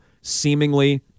seemingly